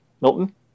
Milton